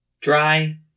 Dry